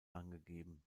angegeben